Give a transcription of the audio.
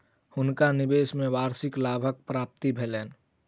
हुनका निवेश में वार्षिक लाभक प्राप्ति भेलैन